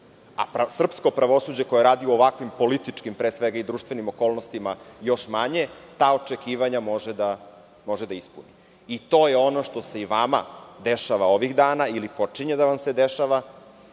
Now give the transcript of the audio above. a srpsko pravosuđe koje radi u ovakvim političkim, pre svega, i društvenim okolnostima još manje, ta očekivanja može da ispuni. I to je ono što se i vama dešava ovih dana, ili počinje da vam se dešava.